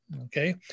Okay